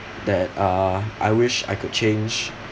that uh I wish I could change